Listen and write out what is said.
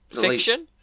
fiction